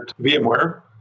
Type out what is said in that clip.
VMware